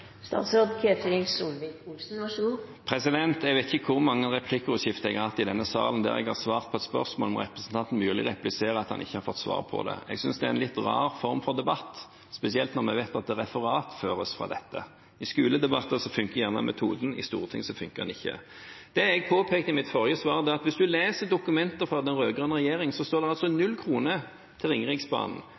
Jeg vet ikke hvor mange replikkordskifter jeg har hatt i denne salen der jeg har svart på et spørsmål, og representanten Myrli repliserer at han ikke har fått svar på det. Jeg synes det er en litt rar form for debatt, spesielt når vi vet at det referatføres fra dette. I skoledebatter fungerer gjerne denne metoden, i stortingsdebatter fungerer den ikke. Det jeg påpekte i mitt forrige svar, var at hvis en leser dokumenter fra den rød-grønne regjeringen, står det altså null kroner til Ringeriksbanen.